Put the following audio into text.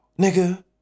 nigga